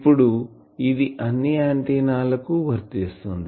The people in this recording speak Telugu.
ఇప్పుడు ఇది అన్ని ఆంటిన్నా లకు వర్తిస్తుంది